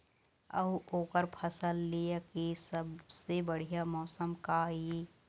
अऊ ओकर फसल लेय के सबसे बढ़िया मौसम का ये?